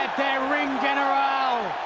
their ring general,